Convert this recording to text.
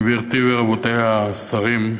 גברתי ורבותי השרים,